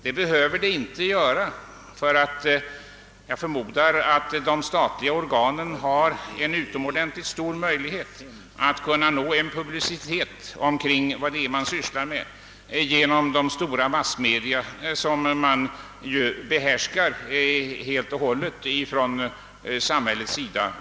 Det behöver det inte alls göra, ty jag förmodar att de statliga organen har en utomordentligt stor möjlighet att uppnå en publicitet omkring det som de sysslar med genom de stora massmedia, som samhället helt och hållet behärskar.